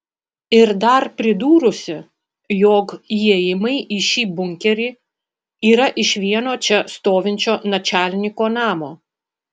ir dar pridūrusi jog įėjimai į šį bunkerį yra iš vieno čia stovinčio načalniko namo